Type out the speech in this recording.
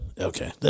Okay